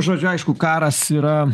žodžiu aišku karas yra